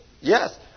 Yes